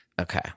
Okay